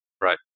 Right